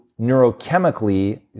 neurochemically